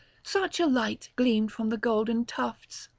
such a light gleamed from the golden tufts.